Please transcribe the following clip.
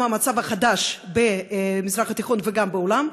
עם המצב החדש במזרח התיכון וגם בעולם.